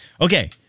Okay